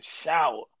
shower